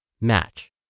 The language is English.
match